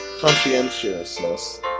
conscientiousness